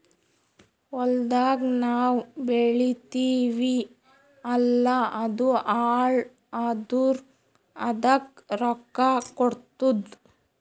ಹೊಲ್ದಾಗ್ ನಾವ್ ಬೆಳಿತೀವಿ ಅಲ್ಲಾ ಅದು ಹಾಳ್ ಆದುರ್ ಅದಕ್ ರೊಕ್ಕಾ ಕೊಡ್ತುದ್